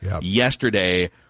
Yesterday